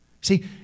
See